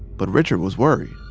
but richard was worried.